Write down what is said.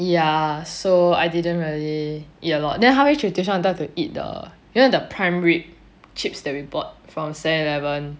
ya so I didn't really eat a lot then halfway through tuition I wanted to eat the you know the prime rib chips that we bought from seven eleven